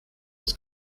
his